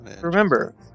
Remember